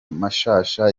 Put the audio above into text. mashasha